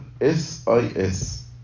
S-I-S